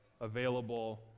available